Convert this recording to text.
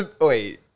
Wait